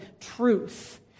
truth